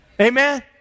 Amen